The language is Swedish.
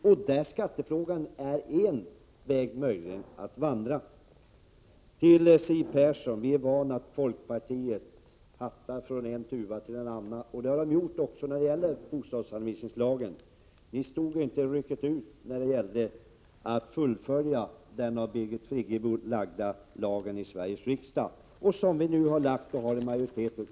En väg att gå är naturligtvis skattevägen. Till Siw Persson vill jag säga att vi är vana vid att folkpartiet hoppar från en tuva till en annan. Det har folkpartiet gjort även i fråga om bostadsanvisningslagen. Ni stod inte rycken i Sveriges riksdag när det gällde att fullfölja förslaget av Birgit Friggebo om bostadsanvisningslagen. Nu har vi emellertid lagt fram ett förslag om en sådan lag, och vi har en majoritet för detta förslag.